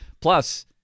Plus